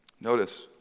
Notice